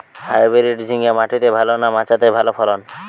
Hybrid ঝিঙ্গা মাটিতে ভালো না মাচাতে ভালো ফলন?